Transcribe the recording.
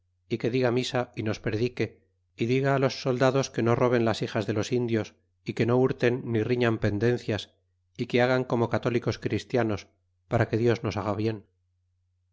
y que diga misa é nos predique y diga los soldados que no roben las hijas de los indios y que no hurten ni riñan pendencias e que hagan como católicos christianos para que dios nos haga bien